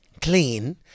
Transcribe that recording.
clean